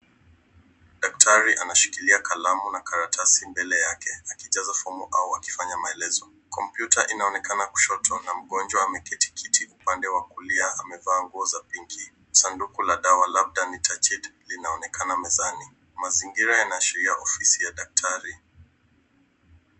Daktari anashikilia kalamu na karata simbele yake akijaza fumu au wakifanya maelezo. Kompiuta inaonekana kushoto na mgonjwa hameketikiti kupande wakulia hameva angoza pinki. Sanduku ladawa labda ni tachit li naonekana mezani. Mazingira inashiria ofisi ya daktari.